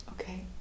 okay